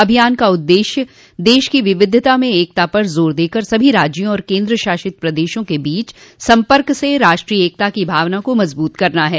अभियान का उद्देश्य देश की विविधता में एकता पर जोर देकर सभी राज्यों और केन्द्र शासित प्रदेशों के बीच सम्पर्क से राष्ट्रीय एकता की भावना मजबूत करना है